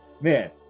man